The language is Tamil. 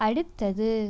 அடுத்தது